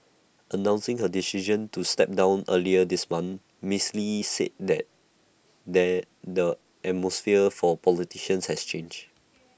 announcing her decision to step down earlier this month miss lee said then that that the atmosphere for politicians had changed